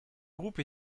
groupe